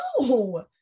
no